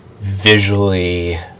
visually